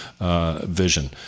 vision